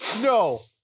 no